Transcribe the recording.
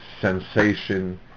sensation